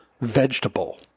vegetable